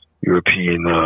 european